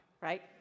right